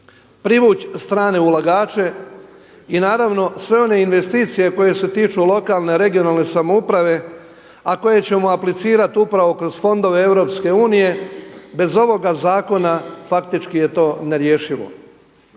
privući strane ulagače i naravno sve one investicije koje se tiču lokalne, regionalne samouprave, a koje ćemo aplicirati upravo kroz fondove EU bez ovoga zakona faktički je to nerješivo.